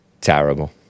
Terrible